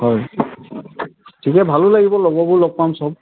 হয় ঠিকে ভালো লাগিব লগৰবোৰ লগ পাম সব